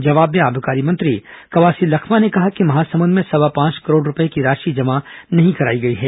जवाब भें आबकारी मंत्री कवासी लखमा ने कहा कि महासमुद में सवा पांच करोड रुपये की राशि जमा नहीं कराई गई है